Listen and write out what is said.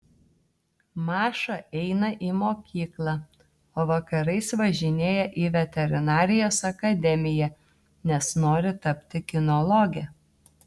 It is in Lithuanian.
maša eina į mokyklą o vakarais važinėja į veterinarijos akademiją nes nori tapti kinologe